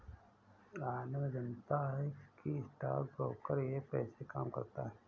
आनंद जानता है कि स्टॉक ब्रोकर ऐप कैसे काम करता है?